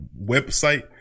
website